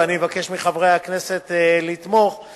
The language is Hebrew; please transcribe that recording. ואני מבקש מחברי הכנסת לתמוך בהצעת החוק.